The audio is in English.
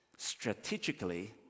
Strategically